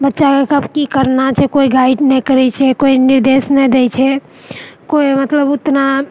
बच्चाके कब की करना छै कोइ गाइड नहि करैत छै कोइ निर्देश नहि दए छै कोइ मतलब ओतना